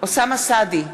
אוסאמה סעדי,